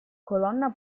colonna